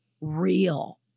real